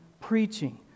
preaching